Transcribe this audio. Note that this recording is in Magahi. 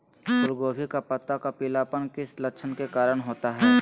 फूलगोभी का पत्ता का पीलापन किस लक्षण के कारण होता है?